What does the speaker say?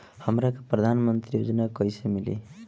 हमरा के प्रधानमंत्री योजना कईसे मिली?